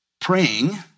praying